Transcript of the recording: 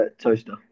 Toaster